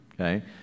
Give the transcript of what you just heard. okay